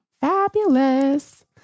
Fabulous